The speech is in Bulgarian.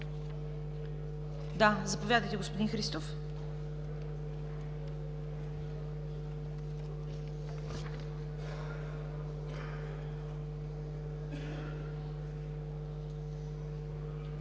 Заповядайте, господин Христов.